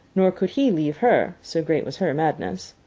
nor could he leave her, so great was her madness.